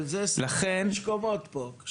אבל זה 25 קומות פה.